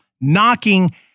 knocking